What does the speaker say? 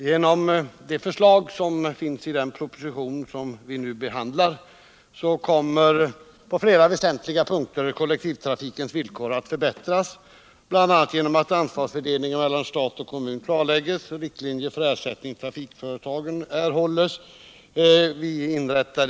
Herr talman! Genom förslaget i den proposition som vi nu behandlar kommer kollektivtrafikens villkor att förbättras på flera väsentliga punkter, bl.a. genom att ansvarsfördelningen mellan stad och kommun klarläggs och riktlinjer för ersättningen till trafikföretagen erhålls.